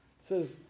says